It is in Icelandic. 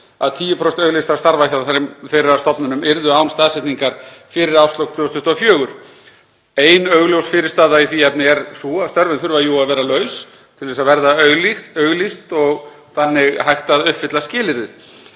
að 10% auglýstra starfa hjá þeirra stofnunum yrðu án staðsetningar fyrir árslok 2024. Ein augljós fyrirstaða í því efni er sú að störfin þurfa að vera laus til að verða auglýst og þannig hægt að uppfylla skilyrðið.